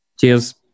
Cheers